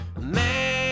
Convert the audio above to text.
man